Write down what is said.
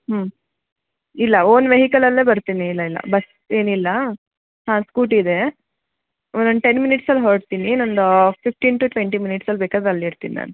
ಹ್ಞೂ ಇಲ್ಲ ಓನ್ ವೆಹಿಕಲಲ್ಲೇ ಬರ್ತೀನಿ ಇಲ್ಲ ಇಲ್ಲ ಬಸ್ ಏನಿಲ್ಲ ಹಾಂ ಸ್ಕೂಟಿ ಇದೇ ಒಂದು ಟೆನ್ ಮಿನಿಟ್ಸ್ ಅಲ್ಲಿ ಹೊರಡ್ತೀನಿ ಇನ್ನೊಂದು ಫಿಫ್ಟೀನ್ ಟು ಟ್ವೆಂಟಿ ಮಿನಿಟ್ಸ್ ಅಲ್ಲಿ ಬೇಕಾದ್ರೆ ಅಲ್ಲಿ ಇರ್ತೀನಿ ನಾನು